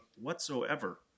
whatsoever